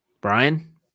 Brian